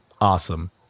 awesome